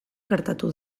gertatu